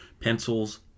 Pencils